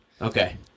Okay